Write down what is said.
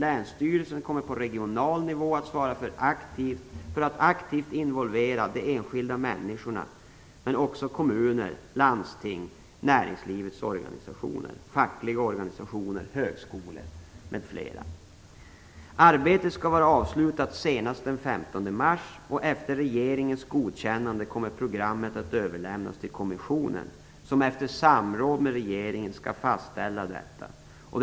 Länsstyrelsen kommer på regional nivå att svara för att aktivt involvera de enskilda människorna, men också kommuner, landsting, näringslivets organisationer, fackliga organisationer, högskolor m.fl. Arbetet skall vara avslutat senast den 15 mars. Programmet kommer att överlämnas till kommissionen efter regeringens godkännande. Kommissionen skall efter samråd med regeringen fastställa programmet.